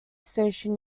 station